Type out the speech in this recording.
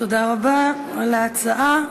תודה רבה על ההצעה.